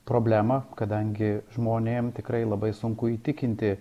problemą kadangi žmonėm tikrai labai sunku įtikinti